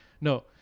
no